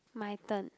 my turn